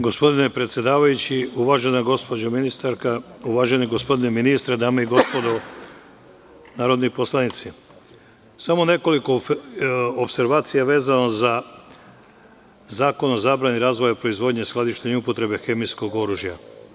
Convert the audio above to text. Gospodine predsedavajući, uvažena gospođo ministarka, uvaženi gospodine ministre, dame i gospodo narodni poslanici, samo nekoliko opservacija vezano za Zakon o zabrani razvoja, proizvodnje, skladištenja i upotrebe hemijskog oružja.